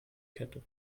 kette